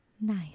Nice